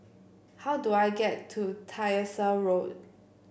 how do I get to Tyersall Road